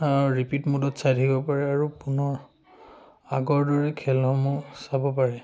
repeat মুডত চাই থাকিব পাৰে আৰু পুনৰ আগৰ দৰে খেলসমূহ চাব পাৰে